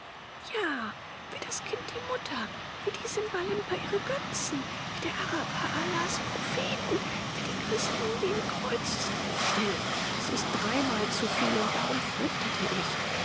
ja wie das kind die mutter wie die simbalimper ihren götzen wie die araber allahs propheten wie die christen den kreuzes still das ist dreimal zu viel und darum fürchtete ich